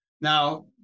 Now